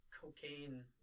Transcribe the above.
Cocaine